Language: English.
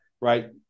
Right